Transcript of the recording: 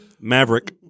Maverick